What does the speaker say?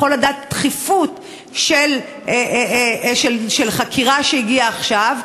לדעת את הדחיפות של חקירה שהגיעה עכשיו,